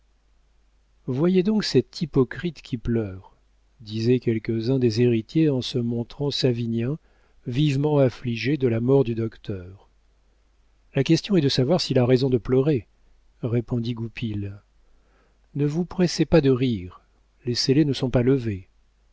voyez donc cet hypocrite qui pleure disaient quelques-uns des héritiers en se montrant savinien vivement affligé de la mort du docteur la question est de savoir s'il a raison de pleurer répondit goupil ne vous pressez pas de rire les scellés ne sont pas levés